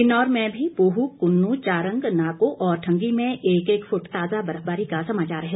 किन्नौर में भी पूह कुन्नू चारंग नाको और ठंगी में एक एक फुट ताजा बर्फबारी का समाचार है